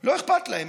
לא אכפת להם.